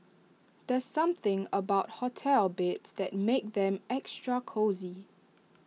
there's something about hotel beds that makes them extra cosy